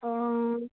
অঁ